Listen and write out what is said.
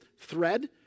thread